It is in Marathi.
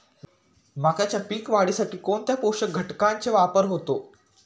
मक्याच्या पीक वाढीसाठी कोणत्या पोषक घटकांचे वापर होतो?